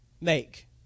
make